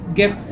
get